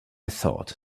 thought